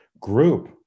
group